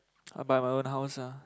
I buy my own house ah